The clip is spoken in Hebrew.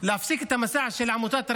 להפסיק את המסע של עמותת רגבים,